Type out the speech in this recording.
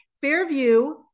Fairview